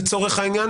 לצורך העניין,